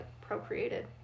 procreated